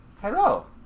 Hello